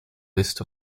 list